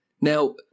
now